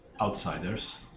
outsiders